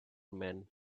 men